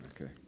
Okay